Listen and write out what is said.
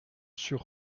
sur